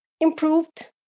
improved